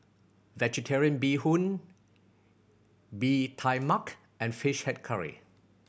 Vegetarian Bee Hoon Bee Tai Mak and Fish Head Curry